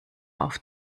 auf